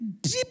deep